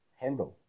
handle